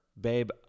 Babe